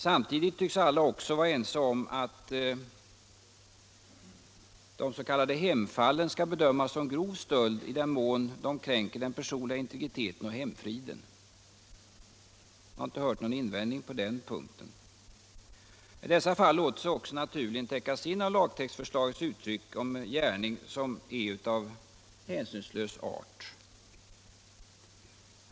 Samtidigt tycks alla också vara ense om att de s.k. hemfallen skall bedömas som grov stöld i den mån de kränker den personliga integriteten och hemfriden. Jag har inte hört någon invändning på den punkten. Dessa fall låter sig också naturligen täckas in av lagtextförslagets uttryck om gärning som är av hänsynslös art.